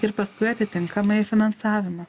ir paskui atitinkamai finansavimo